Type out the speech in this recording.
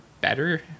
better